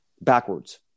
backwards